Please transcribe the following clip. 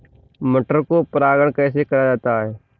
मटर को परागण कैसे कराया जाता है?